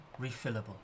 refillable